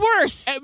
worse